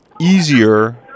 easier